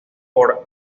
por